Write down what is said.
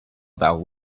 about